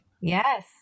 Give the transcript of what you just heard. Yes